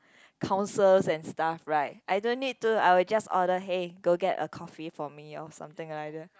councils and stuff right I don't need to I was just order hey go get a coffee for me something like that